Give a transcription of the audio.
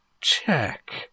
check